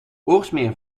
oorsmeer